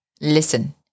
Listen